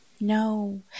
no